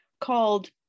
called